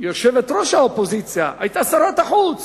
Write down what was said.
יושבת-ראש האופוזיציה היתה שרת החוץ